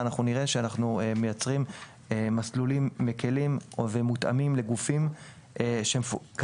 אנחנו נראה שאנחנו מייצרים מסלולים מקלים ו/או מותאמים לגופים כאלה,